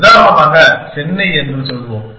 உதாரணமாக சென்னை என்று சொல்வோம்